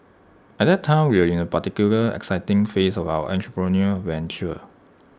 at that time we were in A particularly exciting phase of our entrepreneurial venture